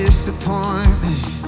Disappointment